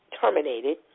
terminated